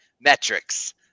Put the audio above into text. metrics